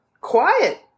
Quiet